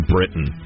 Britain